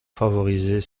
favoriser